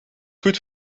goed